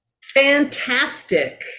fantastic